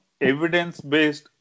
evidence-based